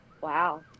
wow